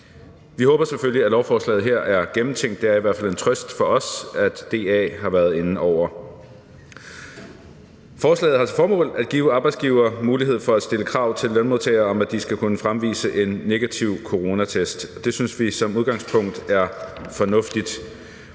Vi håber selvfølgelig, at lovforslaget her er gennemtænkt; det er i hvert fald en trøst for os, at DA har været inde over. Forslaget har til formål at give arbejdsgivere mulighed for at stille krav til lønmodtagere om, at de skal kunne fremvise en negativ coronatest, og det synes vi som udgangspunkt er fornuftigt.